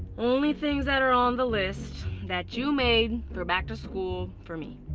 only things that are on the list that you made for back to school for me.